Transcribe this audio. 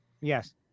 Yes